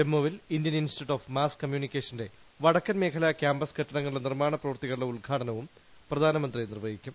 ജമ്മുവിൽ Indian institute of mass കമ്മ്യൂണിക്കേഷന്റെ വട ക്കൻ മേഖല ക്യാമ്പസ് കെട്ടിടങ്ങളുടെ നിർമ്മാണ പ്രവർത്തികളുടെ ഉദ്ഘാടനവും പ്രധാനമന്ത്രി നിർവഹിക്കും